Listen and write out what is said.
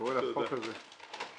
הצעת חוק עבודת נשים (תיקון מס' 61)